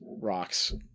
rocks